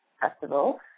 Festival